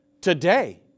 Today